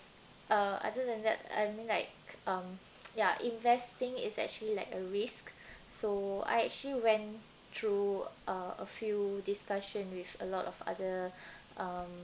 uh other than that I mean like um ya investing is actually like a risk so I actually went through uh a few discussion with a lot of other um